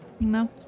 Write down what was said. No